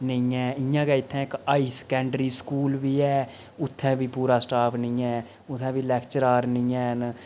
नेईं ऐ इंया गै इत्थें इक हाई सकैंडरी स्कूल बी ऐ उत्थें बी पूरा स्टाफ नीं ऐ उत्थें बी लेक्चरार नीं ऐ